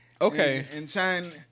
Okay